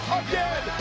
again